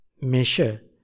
measure